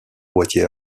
boîtier